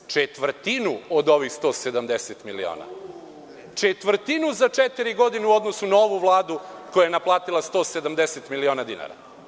Četvrtinu od ovih 170.000.000, četvrtinu za četiri godine u odnosu na ovu Vladu koja je naplatila 170.000.000 dinara.